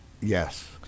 yes